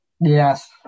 Yes